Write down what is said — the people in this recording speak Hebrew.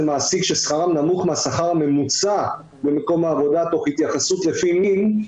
מעסיק ששכרם נמוך מהשכר הממוצע במקום העבודה תוך התייחסות לפי מין,